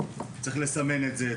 צריך לסמן את זה,